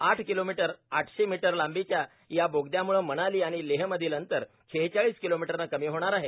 आठ किलोमीटर आठशे मीटर लांबीच्या या बोगदयामुळे मनाली आणि लेहमधलं अंतर शेहेचाळीस किलोमीटरने कमी होणार आहे